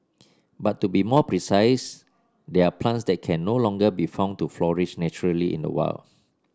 but to be more precise they're plants that can no longer be found to flourish naturally in the wild